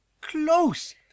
close